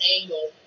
angle